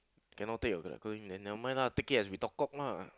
cannot take all that then never mind lah take it as we talk cock lah